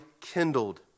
kindled